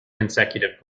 consecutive